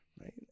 right